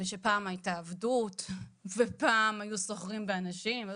ושפעם הייתה עבדות ופעם היו סוחרים באנשים.